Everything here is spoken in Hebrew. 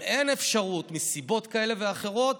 אם אין אפשרות מסיבות כאלה ואחרות,